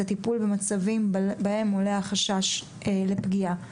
הטיפול במצבים שבהם עולה החשש לפגיעה.